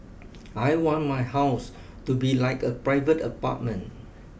I want my house to be like a private apartment